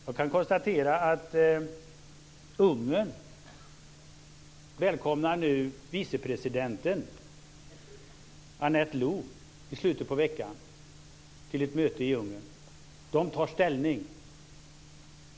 Jag kan konstatera att Ungern nu välkomnar vicepresidenten Anette Lu i slutet på veckan till ett möte i Ungern. De tar ställning.